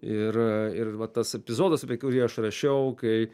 ir ir va tas epizodas apie kurį aš rašiau kai